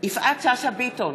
יפעת שאשא ביטון,